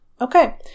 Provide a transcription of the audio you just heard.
Okay